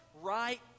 right